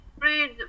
please